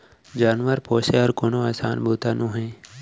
जानवर पोसे हर कोनो असान बूता नोहे